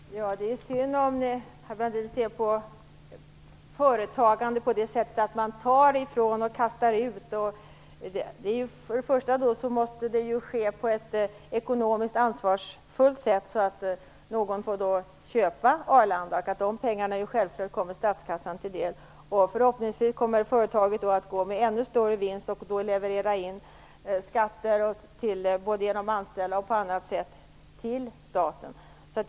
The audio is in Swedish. Herr talman! Det är synd om Claes-Göran Brandin ser på företagandet på det sättet att man tar ifrån någon och kastar ut någonstans. Det måste ju ske på ett ekonomiskt ansvarsfullt sätt så att någon får köpa Arlanda så att pengarna kommer statskassan till del. Förhoppningsvis kommer företaget att gå med ännu större vinst och leverera skatter genom anställning och på annat sätt till staten.